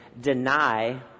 deny